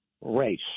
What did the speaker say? race